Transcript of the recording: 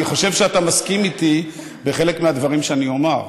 אני חושב שאתה תסכים איתי לחלק מהדברים שאני אומר.